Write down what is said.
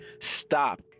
stop